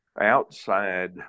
outside